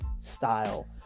style